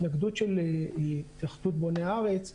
התנגדות של התאחדות בוני ארץ וכולי,